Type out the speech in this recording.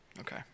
Okay